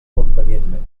convenientment